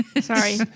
Sorry